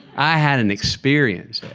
i had an experience.